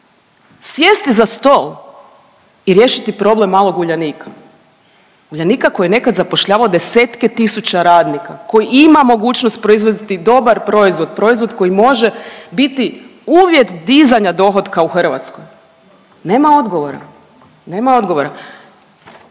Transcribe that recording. sjesti za stol i riješiti problem malog Uljanika, Uljanika koji je nekad zapošljavao 10-tke tisuća radnika, koji ima mogućnost proizvesti dobar proizvod, proizvod koji može biti uvjet dizanja dohotka u Hrvatskoj. Nema odgovora, nema odgovora.